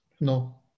No